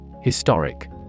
Historic